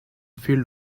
field